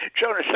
Jonas